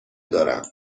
دارم